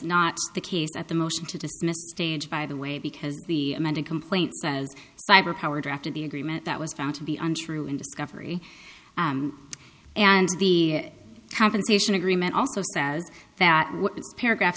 not the case at the motion to dismiss stage by the way because the amended complaint says cyber power drafted the agreement that was found to be untrue in discovery and the compensation agreement also says that paragraph